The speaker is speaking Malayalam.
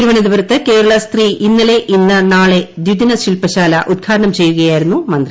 തിരുവനന്തപുരത്ത് കേരള സ്ത്രീ ഇന്നലെ ഇന്ന് നാളെ ദ്വി ദിന ശില്പശാല ഉദ്ഘാടനം ചെയ്യുകയായിരുന്നു മന്ത്രി